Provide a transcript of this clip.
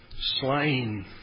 slain